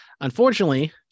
Unfortunately